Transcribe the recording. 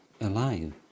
alive